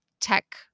tech